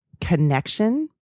connection